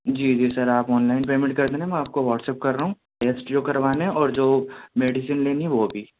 جی جی سر آپ online payment کر دینا میں آپ کو واٹسپ کر رہا ہوں ٹیسٹ جو کروانے ہیں اور جو میڈیسن لینی ہے وہ بھی